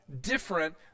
different